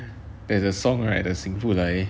there's a song right the 醒不来